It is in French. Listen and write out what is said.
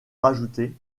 rajouté